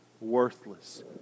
worthless